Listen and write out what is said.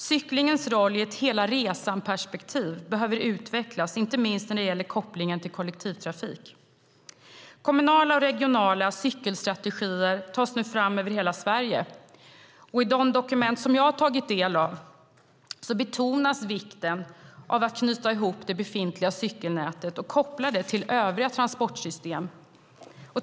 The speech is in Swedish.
Cyklingens roll i ett hela-resan-perspektiv behöver utvecklas, inte minst när det gäller kopplingen till kollektivtrafik. Kommunala och regionala cykelstrategier tas nu fram över hela Sverige, och i de dokument jag har tagit del av betonas vikten av att knyta ihop det befintliga cykelnätet och koppla det till övriga transportsystem.